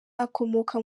akomoka